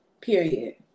period